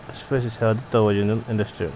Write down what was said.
اَسہِ پَزِ نہٕ زیادٕ توجہ نیُن اِنٛڈسٹِرٛین پٮ۪ٹھ